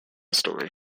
story